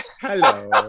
Hello